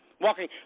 walking